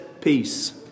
peace